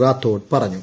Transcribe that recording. റാത്തോഡ് പറഞ്ഞു